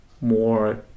more